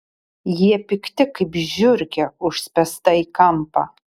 jie pikti kaip žiurkė užspęsta į kampą